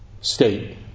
state